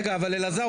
אבל יש התנגדות.